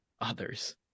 others